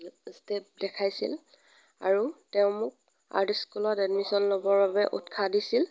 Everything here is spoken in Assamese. ষ্টেপ দেখাইছিল আৰু তেওঁ মোক আৰ্ট স্কুলত এডমিচন ল'বৰ বাবে উৎসাহ দিছিল